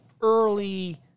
early